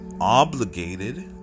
obligated